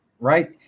right